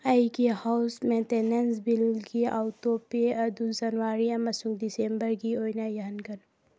ꯑꯩꯒꯤ house maintenance ꯕꯤꯜꯒꯤ ꯑꯣꯇꯣꯄꯦ ꯑꯗꯨ ꯖꯅꯋꯥꯔꯤ ꯑꯃꯁꯨꯡ ꯗꯤꯁꯦꯝꯕꯔꯒꯤ ꯑꯣꯏꯅ ꯌꯥꯍꯟꯒꯅꯨ